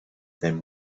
then